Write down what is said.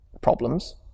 problems